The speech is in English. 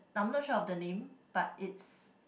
I'm not sure of the name but it's